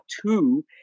two